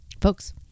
folks